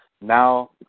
Now